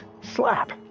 slap